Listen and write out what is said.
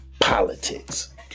politics